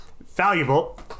valuable